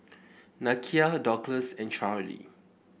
Nakia Douglas and Charlee